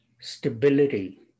stability